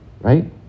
right